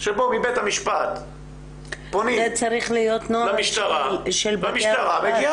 שבו מבית המשפט פונים למשטרה והמשטרה מגיעה.